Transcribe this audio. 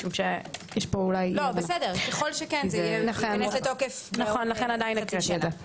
ככל שכן זה ייכנס לתוקף עוד חצי שנה.